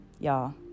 Y'all